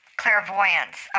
clairvoyance